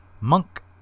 Monk